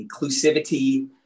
inclusivity